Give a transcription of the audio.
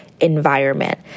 environment